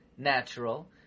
Natural